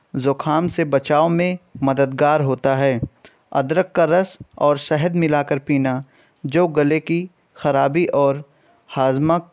زکام سے بچاؤ میں مددگار ہوتا ہے ادرک کا رس اور شہد ملا کر پینا جو گلے کی خرابی اور ہاضمہ